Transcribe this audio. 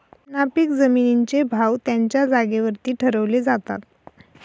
नापीक जमिनींचे भाव त्यांच्या जागेवरती ठरवले जातात